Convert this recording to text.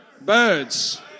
Birds